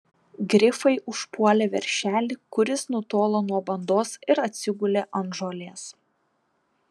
grifai užpuolė veršelį kuris nutolo nuo bandos ir atsigulė ant žolės